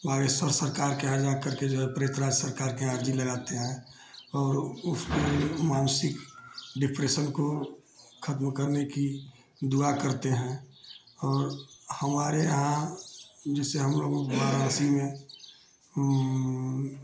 बागेश्वर सरकार के यहाँ जा करके जो है प्रेतराज सरकार के यहाँ अर्जी लगाते हैं और उसमें मानसिक डिप्रेशन को खत्म करने की दुआ करते हैं और हमारे यहाँ जैसे हमलोगों को वाराणसी में